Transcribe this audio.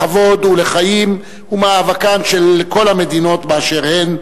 לכבוד ולחיים הוא מאבקן של כל המדינות באשר הן,